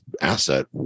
asset